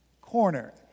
corner